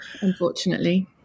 unfortunately